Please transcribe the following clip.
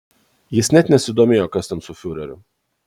jis net nesidomėjo kas ten su fiureriu